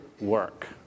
work